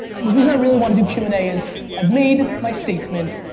the reason i really want to do q and a is i've made my statement,